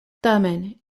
tamen